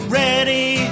ready